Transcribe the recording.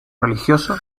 religioso